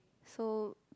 so